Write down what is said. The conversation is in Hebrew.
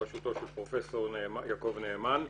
בראשותו של פרופ' יעקב נאמן,